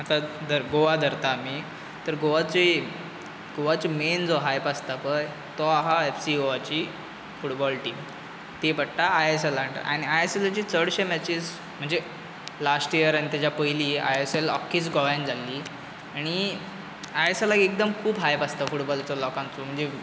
आता धर गोवा धरता आमी तर गोवाचें गोवाचें मेन जो हायप आसता पळय तो आहा एफसी गोवाची फुटबॉल टीम ती पडटा आय एस एल अंडर आनी आयएसालाची चडशे मॅचीस म्हणजे लास्ट इयर आनी तेज्या पयली आयएसएल अख्खीच गोयांत जाल्ली आनी आयएसएलाक एकदम खूब हायप आसता फुटबॉलाचो लोकांचो म्हणजे